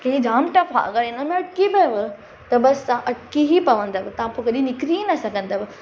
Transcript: की हे जामु टफ आहे अगरि इन में अटिकी पयव त बस तव्हां अटिकी ई पवंदव त पोइ कॾहिं निकिरी न सघंदव